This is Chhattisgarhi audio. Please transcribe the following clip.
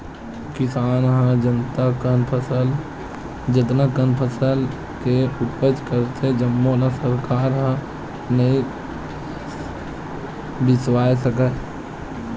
किसान ह जतना कन फसल के उपज करथे जम्मो ल सरकार ह नइ बिसावय सके